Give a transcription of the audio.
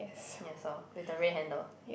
ya saw with the red handle